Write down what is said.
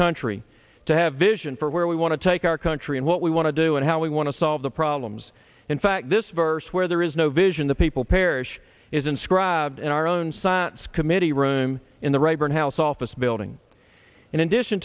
country to have vision for where we want to take our country and what we want to do and how we want to solve the problems in fact this verse where there is no vision the people perish is inscribed in our own science committee room in the rayburn house office building in addition